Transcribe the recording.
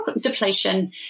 depletion